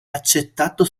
accettato